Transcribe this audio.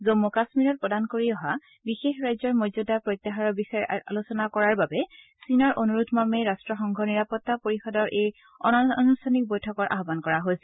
জম্ম কাম্মীৰত প্ৰদান কৰি অহা বিশেষ ৰাজ্যৰ মৰ্যাদা প্ৰত্যাহাৰৰ বিষয়ে আলোচনা কৰাৰ বাবে চীনৰ অনুৰোধ মৰ্মে ৰাষ্ট্ৰসংঘৰ নিৰাপত্তা পৰিযদৰ এই অনানুষ্ঠানিক বৈঠকৰ আহ্বান কৰা হৈছিল